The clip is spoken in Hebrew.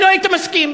אתה לא היית מסכים.